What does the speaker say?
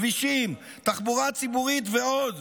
כבישים, תחבורה ציבורית ועוד.